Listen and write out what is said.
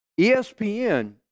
ESPN